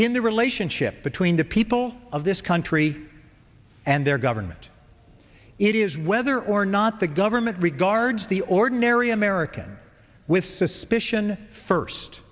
in the relationship between the people of this country and their government it is whether or not the government regards the ordinary americans with suspicion first